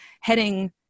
heading